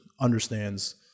understands